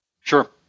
Sure